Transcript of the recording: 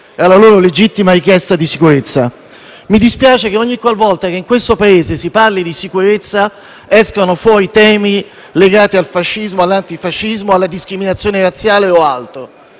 alla loro legittima richiesta di sicurezza? Mi dispiace che ogniqualvolta che nel Paese si parli di sicurezza escano fuori temi legati al fascismo, all'antifascismo, alla discriminazione razziale o altro.